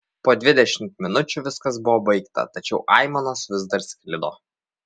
po dvidešimt minučių viskas buvo baigta tačiau aimanos vis dar sklido